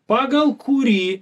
pagal kurį